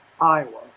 Iowa